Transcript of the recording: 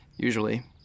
Usually